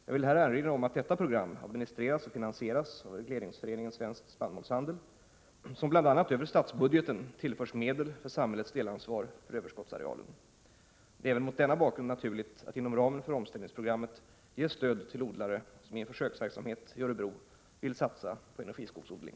Jag vill här erinra om att detta program administreras och finansieras av regleringsföreningen Svensk spannmålshandel, som bl.a. över statsbudgeten tillförs medel för samhällets delansvar för överskottsarealen. Det är även mot denna bakgrund naturligt att man inom ramen för omställningsprogrammet ger stöd till odlare som i en försöksverksamhet i Örebro vill satsa på energiskogsodling.